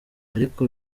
ariko